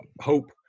hope